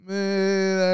Man